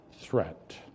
threat